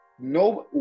no